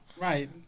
Right